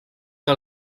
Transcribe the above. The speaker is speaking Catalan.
que